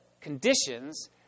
conditions